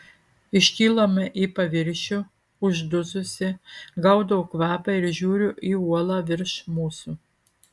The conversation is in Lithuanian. iškylame į paviršių uždususi gaudau kvapą ir žiūriu į uolą virš mūsų